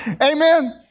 Amen